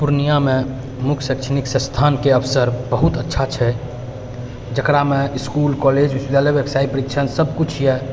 पूर्णियामे मुख्य शैक्षणिक संस्थानके अवसर बहुत अच्छा छै जकरामे इसकुल कॉलेज विश्वविद्यालय व्यवसाय परीक्षण सबकुछ अइ